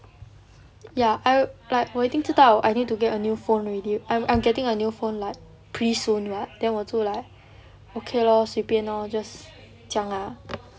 ya I like 我已经知道 I need to get a new phone already I'm I'm getting a new phone like pretty soon lah then 我就 like okay lor 随便 lor piano just 这样 lah